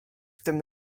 tym